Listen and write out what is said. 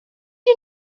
you